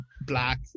black